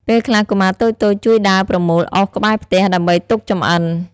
ពេលខ្លះកុមារតូចៗជួយដើរប្រមូលអុសក្បែរផ្ទះ ដើម្បីទុកចម្អិន។